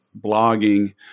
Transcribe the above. blogging